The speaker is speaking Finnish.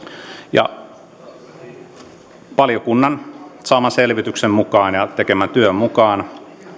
valiokunnan saaman selvityksen ja tekemän työn mukaan